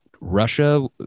Russia